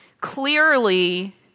Clearly